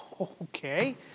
Okay